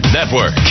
Network